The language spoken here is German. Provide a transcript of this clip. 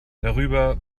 darüber